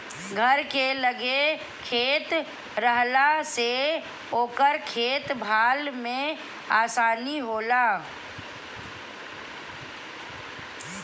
घर के लगे खेत रहला से ओकर देख भाल में आसानी होला